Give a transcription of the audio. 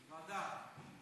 ועדה.